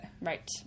right